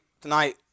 tonight